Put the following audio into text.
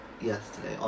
yesterday